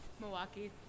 Milwaukee